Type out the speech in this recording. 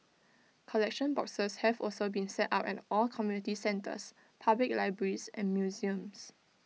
collection boxes have also been set up at all community centres public libraries and museums